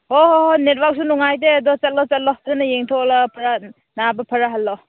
ꯍꯣ ꯍꯣ ꯍꯣꯏ ꯅꯦꯠꯋꯥꯔꯛꯁꯨ ꯅꯨꯡꯉꯥꯏꯇꯦ ꯑꯗꯣ ꯆꯠꯂꯣ ꯆꯠꯂꯣ ꯊꯨꯅ ꯌꯦꯡꯊꯣꯛꯂꯛꯑꯒ ꯅꯥꯕ ꯐꯔꯒ ꯍꯜꯂꯛꯑꯣ